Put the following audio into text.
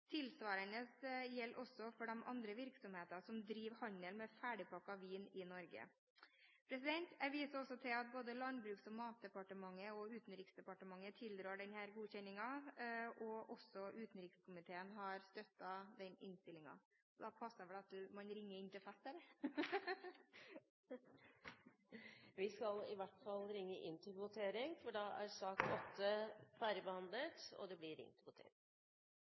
Tilsvarende gjelder også for de andre virksomhetene som driver handel med ferdigpakket vin i Norge. Jeg viser til at både Landbruks- og matdepartementet og Utenriksdepartementet tilrår denne godkjennelsen. Også utenrikskomiteen har støttet den innstillingen. Da passer det vel at man ringer inn til fest her. Vi skal i hvert fall ringe inn til votering, for flere har ikke bedt om ordet til sak nr. 8. Da er vi klare til å gå til votering.